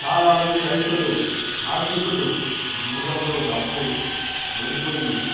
చాలామంది రైతులు కార్మీకులు జూదంలో డబ్బు కోల్పోయి